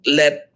let